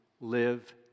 live